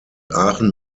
aachen